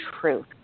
truth